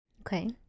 Okay